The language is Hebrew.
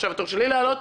עכשיו התור שלי לעלות".